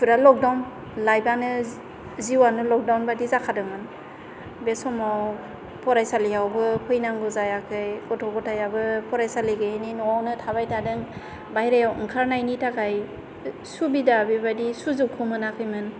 फुरा लक'डाउन लाइफआनो जिउवानो लक'डाउन बादि जाखादोंमोन बे समाव फरायसालियावबो फैनांगौ जायाखै गथ' गथाइयाबो फरायसालि गैयैनि न'वावनो थाबाय थादों बायहेरायाव ओंखारनायनि थाखाय सुबिदा बेबादि सुजुगखौ मोनाखैमोन